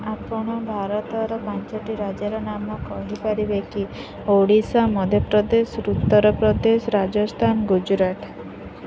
ଆପଣ ଭାରତର ପାଞ୍ଚଟି ରାଜ୍ୟର ନାମ କହିପାରିବେ କି ଓଡ଼ିଶା ମଧ୍ୟପ୍ରଦେଶ ଉତ୍ତରପ୍ରଦେଶ ରାଜସ୍ଥାନ ଗୁଜୁରାଟ